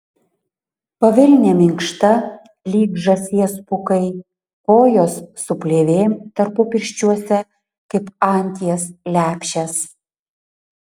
pavilnė minkšta lyg žąsies pūkai kojos su plėvėm tarpupirščiuose kaip anties lepšės